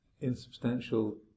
insubstantial